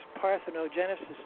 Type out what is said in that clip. parthenogenesis